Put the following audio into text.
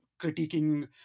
critiquing